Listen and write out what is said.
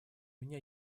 меня